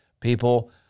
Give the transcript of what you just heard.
people